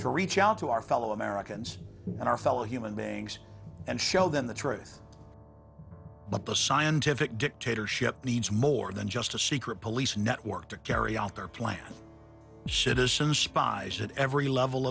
to reach out to our fellow americans and our fellow human beings and show them the truth but the scientific dictatorship needs more than just a secret police network to carry out their plan should as soon spies at every level